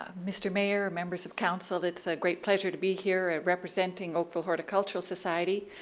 um mr. mayor, members of council. it's a great pleasure to be here representing oakville horticultural society.